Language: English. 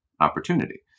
opportunity